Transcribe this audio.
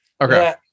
Okay